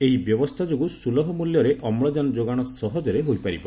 ଏହି ବ୍ୟବସ୍ଥା ଯୋଗୁଁ ସୁଲଭ ମୂଲ୍ୟରେ ଅମ୍ଳଜାନ ଯୋଗାଣ ସହଜରେ ହୋଇପାରିବ